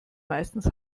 meistens